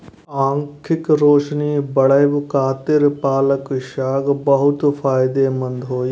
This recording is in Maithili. आंखिक रोशनी बढ़ाबै खातिर पालक साग बहुत फायदेमंद होइ छै